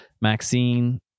Maxine